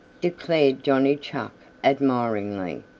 declared johnny chuck admiringly.